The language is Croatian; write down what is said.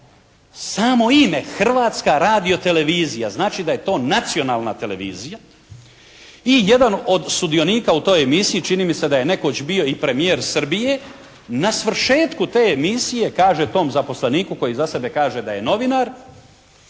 samo ime Hrvatska radiotelevizija znači da je to nacionalna televizija i jedan od sudionika u toj emisiji, čini mi se da je nekoć bio i premijer Srbije, na svršetku te emisije kaže tom zaposleniku koji za sebe kaže da je novinar,